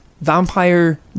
vampire